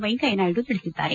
ವೆಂಕಯ್ಯನಾಯ್ಗು ತಿಳಿಸಿದ್ದಾರೆ